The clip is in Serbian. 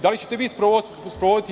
Da li ćete vi sprovoditi to?